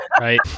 Right